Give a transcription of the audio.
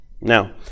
Now